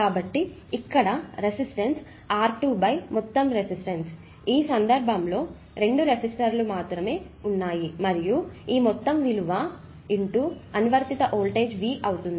కాబట్టి ఇక్కడ resistance R2 మొత్తం రెసిస్టన్స్ ఈ సందర్భంలో 2 రెసిస్టర్లు మాత్రమే ఉన్నాయి మరియు ఈ మొత్తం విలువ అనువర్తిత వోల్టేజ్ V అవుతుంది